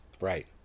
Right